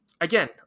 again